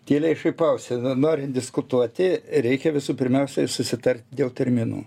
tyliai šaipausi norint diskutuoti reikia visų pirmiausiai susitart dėl terminų